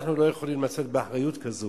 אנחנו לא יכולים לשאת באחריות כזאת